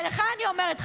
ולך אני אומרת,